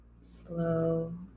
Slow